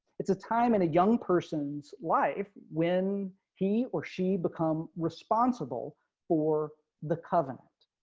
it's a time in a young person's life when he or she become responsible for the covenant